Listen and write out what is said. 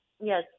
Yes